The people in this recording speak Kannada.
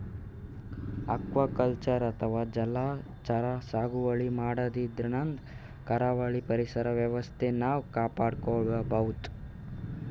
ಅಕ್ವಾಕಲ್ಚರ್ ಅಥವಾ ಜಲಚರ ಸಾಗುವಳಿ ಮಾಡದ್ರಿನ್ದ ಕರಾವಳಿ ಪರಿಸರ್ ವ್ಯವಸ್ಥೆ ನಾವ್ ಕಾಪಾಡ್ಕೊಬಹುದ್